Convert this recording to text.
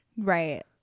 Right